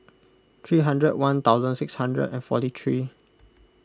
three hundred one thousand six hundred and forty three